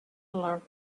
large